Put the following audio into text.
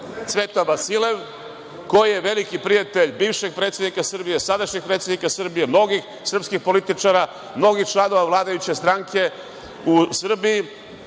Cvetan Vasilev, koji je veliki prijatelj bivšeg predsednika Srbije, sadašnjeg predsednika Srbije, mnogih srpskih političara, mnogih članova vladajuće stranke u Srbiji. Ja